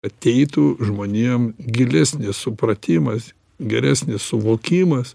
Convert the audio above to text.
ateitų žmonėm gilesnis supratimas geresnis suvokimas